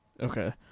Okay